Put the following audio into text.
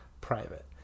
private